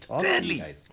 Deadly